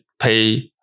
pay